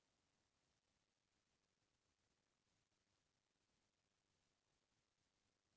आज के बेरा म गॉंव कोती कतको झन मन घर टेक्टर दिख जाथे